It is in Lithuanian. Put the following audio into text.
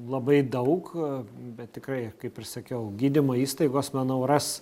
labai daug bet tikrai kaip ir sakiau gydymo įstaigos manau ras